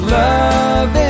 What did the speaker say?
love